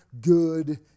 good